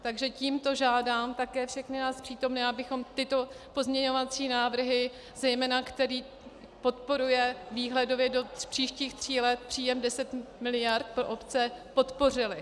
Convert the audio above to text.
Takže tímto žádám také všechny nás přítomné, abychom tyto pozměňovací návrhy, zejména který podporuje výhledově do příštích tří let příjem deset miliard pro obce, podpořili.